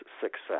success